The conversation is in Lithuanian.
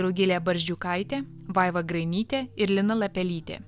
rugilė barzdžiukaitė vaiva grainytė ir lina lapelytė